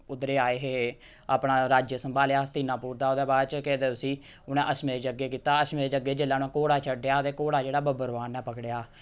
उद्धरै आए हे अपना राज्य सम्भालेआ हस्तिनापुर दा ओह्दे बाद च केह् आखदे उसी उ'नें अश्मेव यज्ञ कीता अश्मेव यज्ञ जेल्लै उ'नें घोड़ा छड्डेआ ते घोड़ा जेह्ड़ा बब्बरवान ने पकड़ेआ